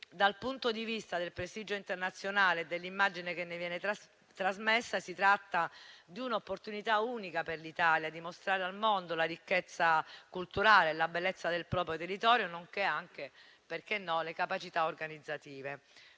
dal punto di vista del prestigio internazionale e dell'immagine che ne viene trasmessa, si tratta di un'opportunità unica per l'Italia di mostrare al mondo la ricchezza culturale e la bellezza del proprio territorio, nonché anche - perché no? - le proprie capacità organizzative.